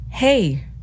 Hey